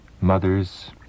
Mothers